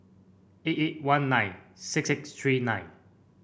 eight eight one nine six six three nine